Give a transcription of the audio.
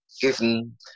given